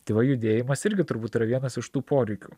tai va judėjimas irgi turbūt yra vienas iš tų poreikių